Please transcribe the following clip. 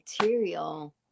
material